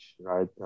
right